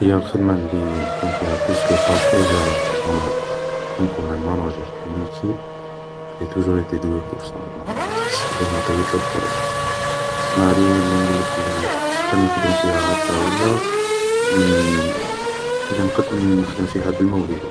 هي الخدمة اللي نكون فيها بلوس كو بارفي هي ماناجار, كي نكون مناجار دون ايكيب, جي توجور ايتي دوي بور سا, جونغ تحس بلي معطيتلك في هادي, سما هادي هي اللي نقلك و كان نخدم فيها هاكا ولا نن كلي نقد نخدم فيها بالموهبة